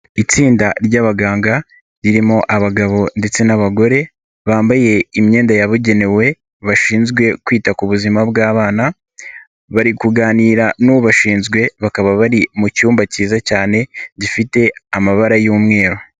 Itsinda ry'abaganga ririmo abagabo ndetse n'abagore, bambaye imyenda yabugenewe bashinzwe kwita ku buzima bw'abana, bari kuganira n'ubashinzwe bakaba bari mu cyumba cyiza cyane gifite amabara y'umweru.